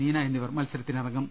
നീന എന്നിവർ മത്സ രത്തിനറങ്ങും